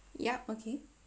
yup okay